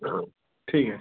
ঠিক আছে